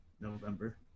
November